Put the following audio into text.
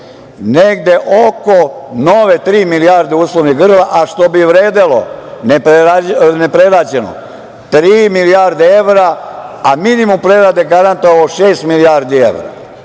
negde oko nove tri milijarde uslovnih grla, a što bi vredelo neprerađeno tri milijarde evra, a minimum prerade bi garantovao šest milijardi